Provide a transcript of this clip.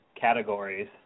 categories